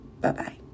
Bye-bye